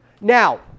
Now